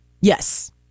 Yes